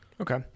Okay